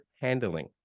handling